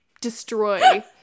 destroy